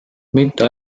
mitte